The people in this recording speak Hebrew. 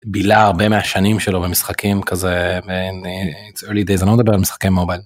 בלה הרבה מהשנים שלו במשחקים כזה, אני לא מדבר על משחקים מובייל.